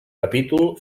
capítol